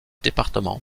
département